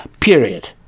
period